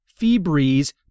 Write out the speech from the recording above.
Feebreeze